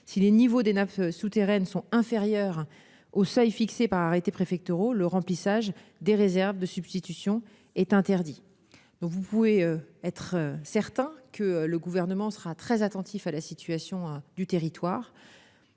Si les niveaux des nappes souterraines sont inférieurs aux seuils fixés par arrêtés préfectoraux, le remplissage des réserves de substitution est interdit. Soyez assuré que le Gouvernement sera très attentif à la situation du territoire